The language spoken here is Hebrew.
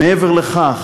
מעבר לכך,